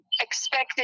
expected